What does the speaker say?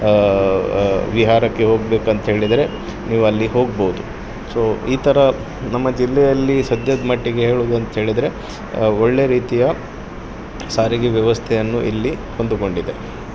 ವಿಹಾರಕ್ಕೆ ಹೋಗಬೇಕಂಥೇಳಿದರೆ ನೀವಲ್ಲಿಗೆ ಹೋಗ್ಬೋದು ಸೊ ಈ ಥರ ನಮ್ಮ ಜಿಲ್ಲೆಯಲ್ಲಿ ಸದ್ಯದ ಮಟ್ಟಿಗೆ ಹೇಳೋದಂಥೇಳಿದರೆ ಒಳ್ಳೆ ರೀತಿಯ ಸಾರಿಗೆ ವ್ಯವಸ್ಥೆಯನ್ನು ಇಲ್ಲಿ ಹೊಂದಿಕೊಂಡಿದೆ